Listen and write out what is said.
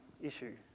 issue